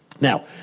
Now